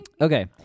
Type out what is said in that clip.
Okay